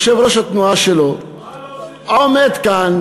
יושב-ראש התנועה שלו עומד כאן,